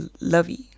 Lovey